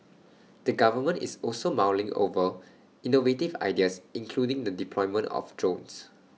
the government is also mulling over innovative ideas including the deployment of drones